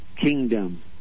kingdom